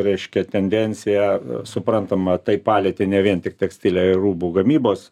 reiškia tendencija suprantama tai palietė ne vien tik tekstilę ir rūbų gamybos